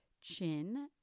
chin